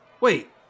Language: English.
Wait